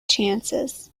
chances